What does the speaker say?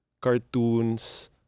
cartoons